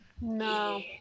No